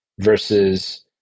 versus